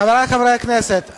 חברי חברי הכנסת,